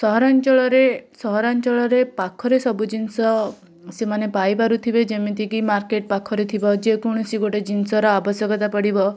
ସହରାଞ୍ଚଳରେ ସହରାଞ୍ଚଳରେ ପାଖରେ ସବୁ ଜିନିଷ ସେମାନେ ପାଇ ପାରୁଥିବେ ଯେମିତିକି ମାର୍କେଟ୍ ପାଖରେ ଥିବା ଯେକୌଣସି ଜିନିଷର ଗୋଟେ ଆବଶ୍ୟକତା ପଡ଼ିବ